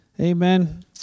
Amen